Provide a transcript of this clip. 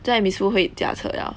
现在 miss foo 会驾车 liao